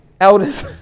elders